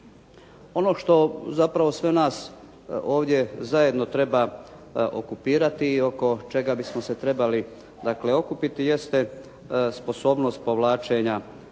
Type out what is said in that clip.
Ono što zapravo sve nas ovdje zajedno treba okupirati i oko čega bismo se trebali dakle okupiti jeste sposobnost povlačenja